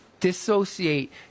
Dissociate